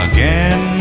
Again